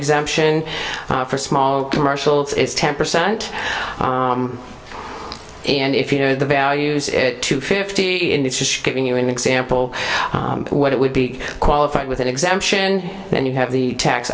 exemption for small commercial it's ten percent and if you know the values it to fifty in it's just giving you an example what it would be qualified with an exemption and you have the tax